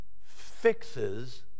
fixes